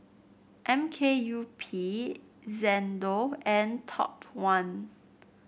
M K U P Xndo and Top One